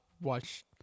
watch